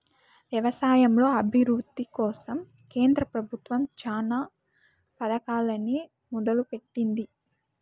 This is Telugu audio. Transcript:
వ్యవసాయంలో అభివృద్ది కోసం కేంద్ర ప్రభుత్వం చానా పథకాలనే మొదలు పెట్టింది